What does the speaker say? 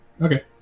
Okay